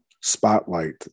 spotlight